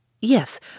Yes